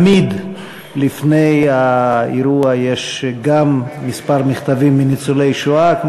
תמיד לפני האירוע יש גם כמה מכתבים מניצולי שואה,